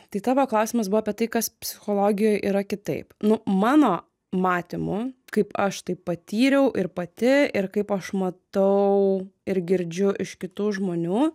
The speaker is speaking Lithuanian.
tai tavo klausimas buvo apie tai kas psichologijoj yra kitaip nu mano matymu kaip aš tai patyriau ir pati ir kaip aš matau ir girdžiu iš kitų žmonių